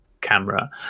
camera